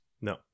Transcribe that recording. no